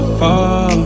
far